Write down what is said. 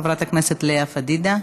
חברת הכנסת לאה פדידה.